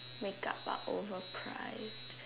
make up are overpriced